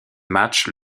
match